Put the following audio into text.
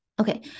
okay